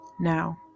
Now